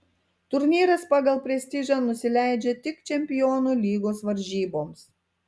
turnyras pagal prestižą nusileidžia tik čempionų lygos varžyboms